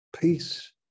peace